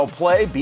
play